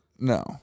No